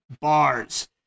bars